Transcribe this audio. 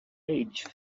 age